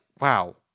wow